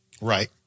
Right